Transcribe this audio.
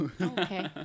okay